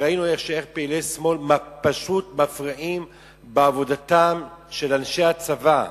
ראינו איך פעילי שמאל פשוט מפריעים לעבודתם של אנשי הצבא.